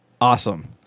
Awesome